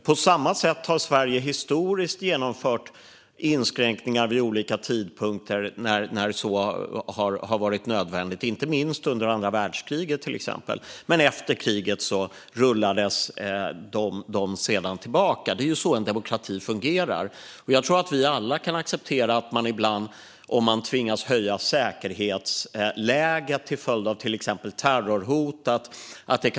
På samma sätt har Sverige historiskt genomfört inskränkningar när så har varit nödvändigt, inte minst under andra världskriget. Efter kriget rullades de sedan tillbaka, och det är så en demokrati fungerar. Jag tror att vi alla kan acceptera mer kontroller när man ska flyga och så vidare om man tvingas höja säkerhetsläget till följd av till exempel terrorhot.